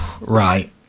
Right